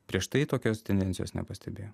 prieš tai tokios tendencijos nepastebėjom